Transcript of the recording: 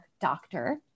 doctor